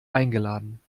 eingeladen